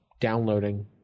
downloading